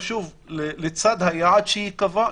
לצד היעד שייקבע,